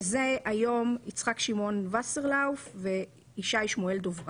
שהם היום: יצחק שמעון וסרלאוף וישי שמואל דברת.